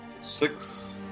Six